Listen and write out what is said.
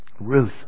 Ruth